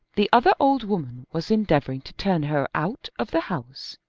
the other old woman was endeavouring to turn her out of the house.